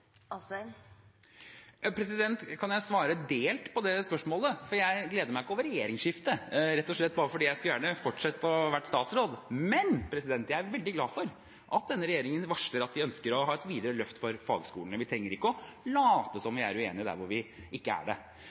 Kan jeg svare delt på det spørsmålet? Jeg gleder meg ikke over regjeringsskiftet, rett og slett fordi jeg gjerne skulle ha fortsatt å være statsråd. Men jeg er veldig glad for at denne regjeringen varsler at den ønsker å ha et videre løft for fagskolene. Vi trenger ikke å late som om vi er uenige der vi ikke er det.